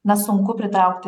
na sunku pritraukti